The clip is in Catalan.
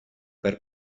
per